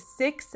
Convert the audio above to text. six